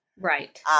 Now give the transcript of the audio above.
right